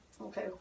Okay